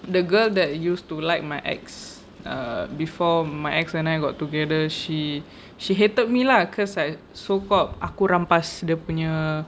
the girl that used to like my ex uh before my ex and I got together she she hated me lah cause I so called aku rampas dia punya